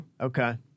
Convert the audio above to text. Okay